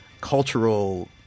cultural